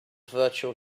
virtual